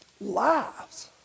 lives